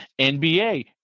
NBA